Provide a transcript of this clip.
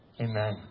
Amen